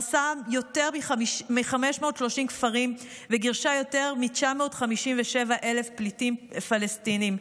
הרסה יותר מ־530 כפרים וגירשה יותר מ-957,000 פליטים פלסטינים,